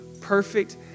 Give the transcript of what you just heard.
perfect